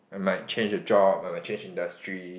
might change a job I might change industry